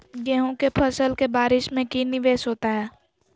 गेंहू के फ़सल के बारिस में की निवेस होता है?